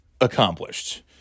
accomplished